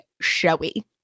showy